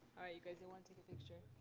you guys. they wanna take a picture.